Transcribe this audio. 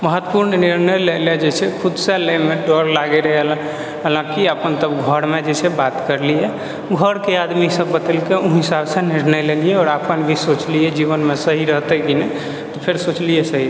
महत्वपूर्ण निर्णय लै लए जे छै खुद सँ लेबैमे डर लागै रहै हलाँकि अपन घरमे जे छै बात करलियै घरके आदमी सब बतेलकै ओहि हिसाबसँ निर्णय लेलियै आओर अपन भी हमहूँ सोचलियै जीवनमे सही रहतै की नहि तऽ फेर सोचलियै सही